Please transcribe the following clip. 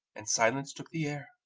and silence took the air,